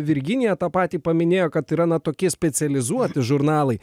virginija tą patį paminėjo kad yra tokie specializuoti žurnalai